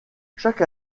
chaque